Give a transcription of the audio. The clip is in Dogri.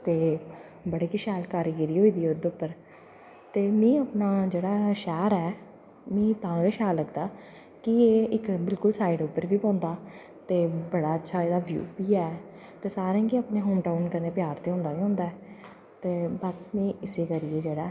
ते बड़ी गै शैल कारीगिरी होई दी ओह्दे पर ते में अपना जेह्ड़ा शैह्र ऐ तां गै शैल लगदा कि एह् इक्क साईड पर बी पौंदा ते बड़ा अच्छा एह्दा व्यूह् बी ऐ ते सारें गी अपने होमटाऊन कन्नै प्यार होंदा गै होंदा ऐ ते बस में इस्सै करियै जेह्ड़ा